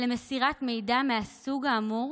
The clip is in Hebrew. למסירת מידע מהסוג האמור